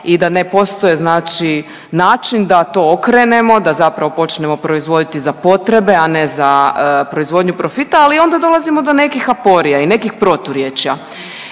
i da ne postoji znači način da to okrenemo, da zapravo počnemo proizvoditi za potrebe, a ne za proizvodnju profita, ali onda dolazimo do nekih aporija i nekih proturječja,